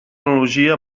analogia